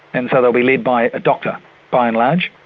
and so they'll be led by a doctor by and large,